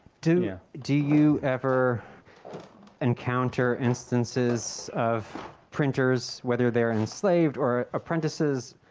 do yeah do you ever encounter instances of printers, whether they're enslaved or apprentices,